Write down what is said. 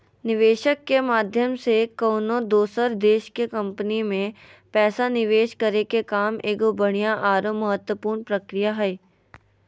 निवेशक के माध्यम से कउनो दोसर देश के कम्पनी मे पैसा निवेश करे के काम एगो बढ़िया आरो महत्वपूर्ण प्रक्रिया हय